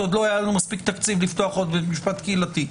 כי עוד לא היה לנו מספיק תקציב לפתוח בית משפט קהילתי.